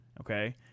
Okay